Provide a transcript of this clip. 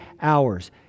hours